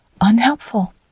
unhelpful